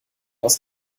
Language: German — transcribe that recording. aus